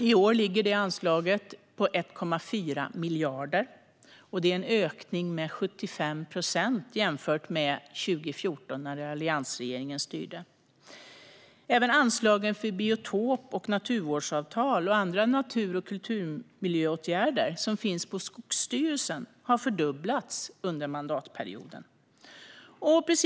I år ligger anslaget på 1,4 miljarder. Det är en ökning med 75 procent jämfört med 2014, då alliansregeringen styrde. Även anslagen för biotop och naturvårdsavtal och andra natur och kulturmiljöåtgärder som ligger under Skogsstyrelsen har fördubblats under mandatperioden.